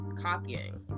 copying